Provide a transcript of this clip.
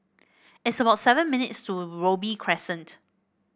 it's about seven minutes to Robey Crescent